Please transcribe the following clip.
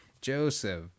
Joseph